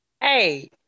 Hey